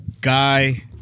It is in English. guy